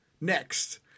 Next